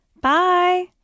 Bye